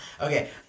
Okay